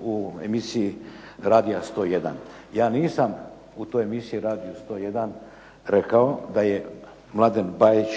u emisiji "Radia 101". Ja nisam u toj emisiji "Radio 101" rekao da je Mladen Bajić